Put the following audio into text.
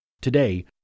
Today